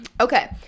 Okay